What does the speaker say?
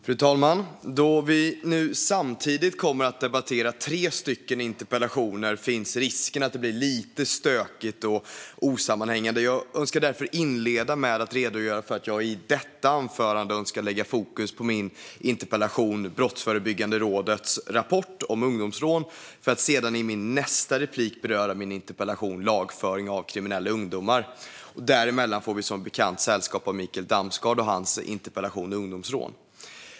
Fru talman! Då vi nu samtidigt kommer att debattera tre interpellationer finns risken att det blir lite stökigt och osammanhängande. Jag önskar därför inleda med att redogöra för att jag i detta anförande önskar lägga fokus på min interpellation om Brottsförebyggande rådets rapport om ungdomsrån för att sedan i mitt nästa inlägg beröra min interpellation om lagföring av kriminella ungdomar. Däremellan får vi som bekant sällskap av Mikael Damsgaard och hans interpellation om ungdomsrån.